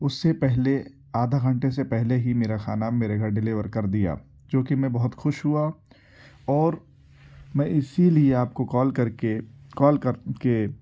اس سے پہلے آدھا گھنٹے سے پہلے ہی میرا خانا میرے گھر ڈیلیور کر دیا جو کہ میں بہت خوش ہوا اور میں اسی لیے آپ کو کال کر کے کال کر کے